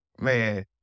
Man